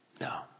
No